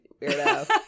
Weirdo